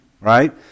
right